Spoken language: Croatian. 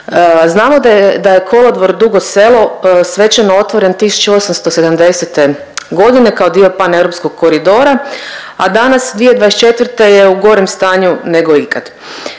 Znamo da je kolodvor Dugo Selo svečano otvoren 1870. g. kao dio paneuropskog koridora, a danas 2024. je u gorem stanju nego ikad.